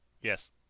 Yes